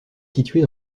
située